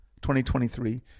2023